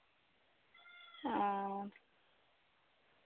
ᱚᱻ